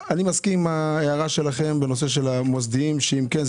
אני מסכים עם ההערה שלכם בנושא המוסדיים שאם כן,